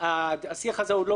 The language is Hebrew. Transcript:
השיח הזה עוד לא הושלם.